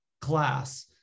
class